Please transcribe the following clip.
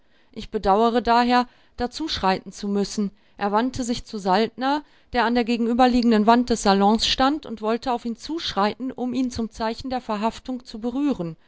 ich bedauere daher dazuschreiten zu müssen er wandte sich zu saltner der an der gegenüberliegenden wand des salons stand und wollte auf ihn zuschreiten um ihn zum zeichen der verhaftung zu berühren